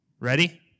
Ready